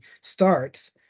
starts